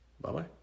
Bye-bye